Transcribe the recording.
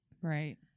Right